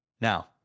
Now